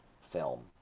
film